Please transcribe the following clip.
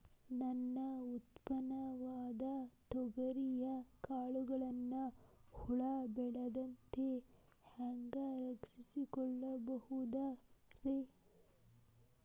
ನನ್ನ ಉತ್ಪನ್ನವಾದ ತೊಗರಿಯ ಕಾಳುಗಳನ್ನ ಹುಳ ಬೇಳದಂತೆ ಹ್ಯಾಂಗ ರಕ್ಷಿಸಿಕೊಳ್ಳಬಹುದರೇ?